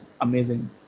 amazing